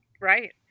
Right